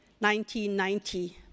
1990